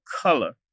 color